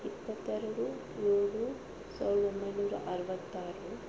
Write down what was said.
ಇಪ್ಪತ್ತೆರಡು ಏಳು ಸಾವಿರದ ಒಂಬೈನೂರ ಅರವತ್ತಾರು